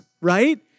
right